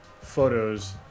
photos